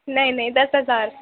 نہیں نہیں دس ہزار